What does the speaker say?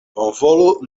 bonvolu